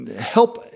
help